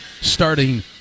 starting